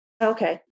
Okay